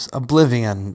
oblivion